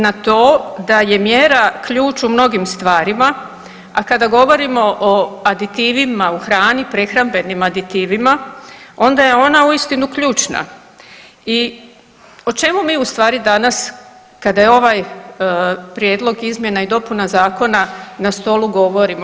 Na to da je mjera ključ u mnogim stvarima a kada govorimo o aditivima u hrani, prehrambenim aditivima, onda je ona uistinu ključna i o čemu mi ustvari danas kada je ovaj prijedlog izmjena i dopuna zakona na stolu, govorimo?